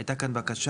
הייתה כאן בקשה